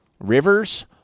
rivers